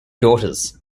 daughters